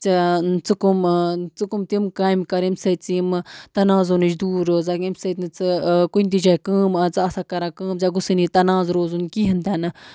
ژےٚ ژٕ کٕم ژٕ کٕم تِم کامہِ کَرٕنۍ ییٚمہِ سۭتۍ ژٕ یِمہٕ تَنازو نِش دوٗر روزان ییٚمہِ سۭتۍ نہٕ ژٕ کُنہِ تہِ جایہِ کٲم آ ژٕ آسکھ کَران کٲم ژےٚ گوٚژھ نہٕ یہِ تَناز روزُن کِہیٖنۍ تہِ نہٕ